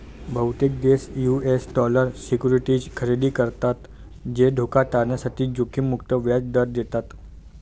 बहुतेक देश US dollar securities खरेदी करतात जे धोका टाळण्यासाठी जोखीम मुक्त व्याज दर देतात